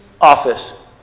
office